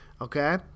Okay